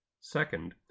second